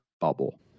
bubble